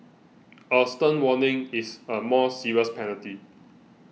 a stern warning is a more serious penalty